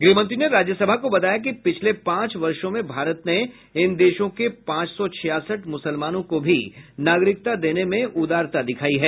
गृहमंत्री ने राज्यसभा को बताया कि पिछले पांच वर्षों में भारत ने इन देशों के पांच सौ छियासठ मुसलमानों को भी नागरिकता देने में उदारता दिखायी है